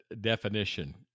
definition